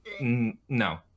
no